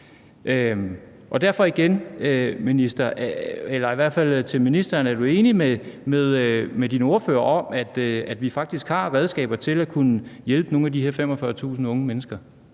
for den er der jo allerede. Derfor igen til ministeren: Er du enig med din ordfører i, at vi faktisk har redskaber til at kunne hjælpe nogle af de her 45.000 unge mennesker?